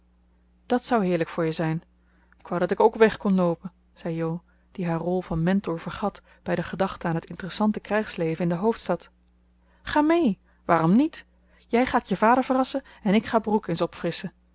dat zou heerlijk voor je zijn ik wou dat ik ook weg kon loopen zei jo die haar rol van mentor vergat bij de gedachte aan het interessante krijgsleven in de hoofdstad ga mee waarom niet jij gaat je vader verrassen en ik ga brooke eens